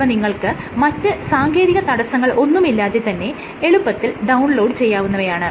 ഇവ നിങ്ങൾക്ക് മറ്റ് സാങ്കേതിക തടസ്സങ്ങൾ ഒന്നുമില്ലാതെ തന്നെ എളുപ്പത്തിൽ ഡൌൺലോഡ് ചെയ്യാവുന്നവയാണ്